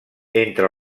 entre